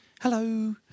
hello